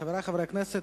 חברי חברי הכנסת,